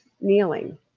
kneeling